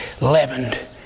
leavened